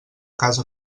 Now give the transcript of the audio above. casa